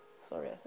Sorry